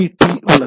D உள்ளது